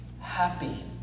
happy